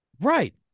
Right